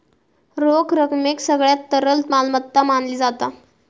रोख रकमेक सगळ्यात तरल मालमत्ता मानली जाता